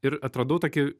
ir atradau tokį